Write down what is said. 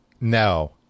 No